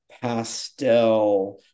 pastel